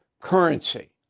currency